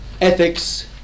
ethics